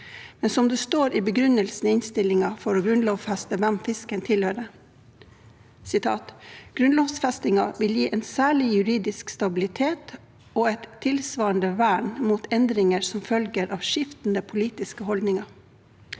men som det står i begrunnelsen i innstillingen for å grunnlovfeste hvem fisken tilhører: «Grunnlovfesting vil gi en særlig juridisk stabilitet og et tilsvarende vern mot endringer som følge av skriftende politiske holdninger.»